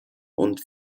und